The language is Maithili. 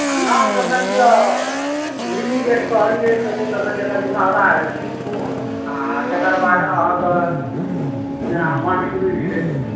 आ नाम तऽ मानि लिअ मिनी गेट कहलियै तऽ ओ तऽ कनि महगा अछि आ तेकर बाद अहाँके जेना बाँसुरी छै